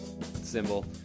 symbol